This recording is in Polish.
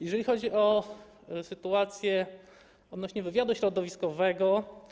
Jeżeli chodzi o sytuację odnośnie do wywiadu środowiskowego.